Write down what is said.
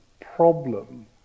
problem